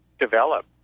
develop